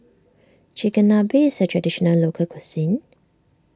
Chigenabe is a Traditional Local Cuisine